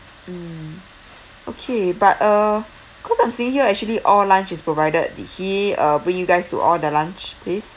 mm okay but uh cause I'm seeing here actually all lunch is provided did he uh bring you guys to all the lunch place